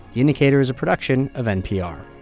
the indicator is a production of npr